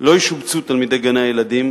לא ישובצו תלמידי גני-הילדים,